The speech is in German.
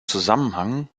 zusammenhang